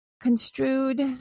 construed